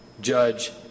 judge